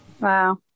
Wow